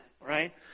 right